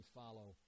follow